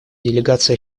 делегация